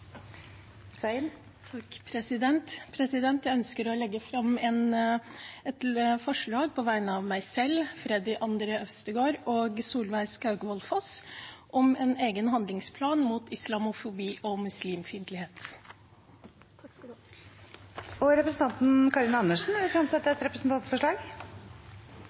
Jeg ønsker å legge fram et forslag på vegne av meg selv, Freddy André Øvstegård og Solveig Skaugvoll Foss om en egen handlingsplan mot islamofobi og muslimfiendtlighet. Representanten Karin Andersen vil fremsette et representantforslag.